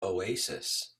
oasis